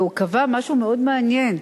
והוא קבע משהו מאוד מעניין,